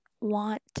want